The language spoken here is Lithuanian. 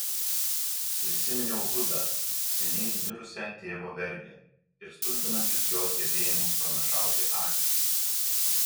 prisiminiau hudą seniai mirusią tėvo vergę ir stulbinančius jos gebėjimus pranašauti ateitį